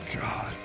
God